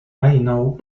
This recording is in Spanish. know